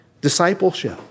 discipleship